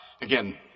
Again